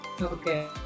Okay